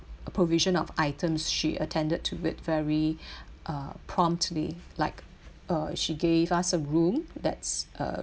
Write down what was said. provision of items she attended to it very uh promptly like uh she gave us a room that's uh